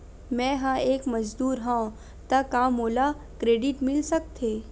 मैं ह एक मजदूर हंव त का मोला क्रेडिट मिल सकथे?